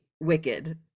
Wicked